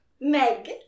Meg